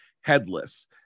headless